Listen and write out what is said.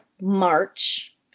March